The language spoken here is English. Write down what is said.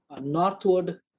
northward